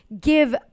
give